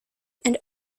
and